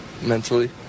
mentally